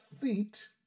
feet